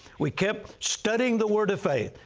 we kept studying the word of faith.